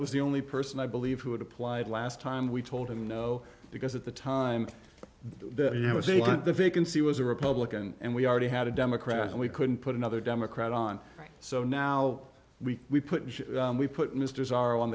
was the only person i believe who had applied last time we told him no because at the time the vacancy was a republican and we already had a democrat and we couldn't put another democrat on so now we put we put misters are on